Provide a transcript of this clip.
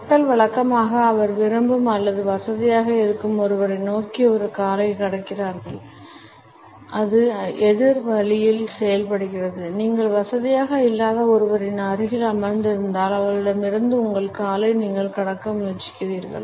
மக்கள் வழக்கமாக அவர்கள் விரும்பும் அல்லது வசதியாக இருக்கும் ஒருவரை நோக்கி ஒரு காலை கடக்கிறார்கள் அது எதிர் வழியில் செயல்படுகிறது நீங்கள் வசதியாக இல்லாத ஒருவரின் அருகில் அமர்ந்திருந்தால் அவர்களிடமிருந்து உங்கள் காலை நீங்கள் கடக்க முயற்சிக்கிறீர்கள்